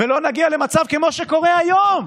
ולא נגיע למצב כמו שקורה היום,